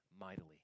mightily